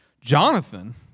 Jonathan